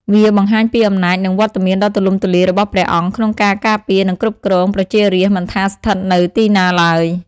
វាបង្ហាញពីអំណាចនិងវត្តមានដ៏ទូលំទូលាយរបស់ព្រះអង្គក្នុងការការពារ និងគ្រប់គ្រងប្រជារាស្ត្រមិនថាស្ថិតនៅទីណាឡើយ។